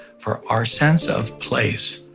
for our sense of place,